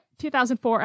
2004